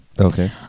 okay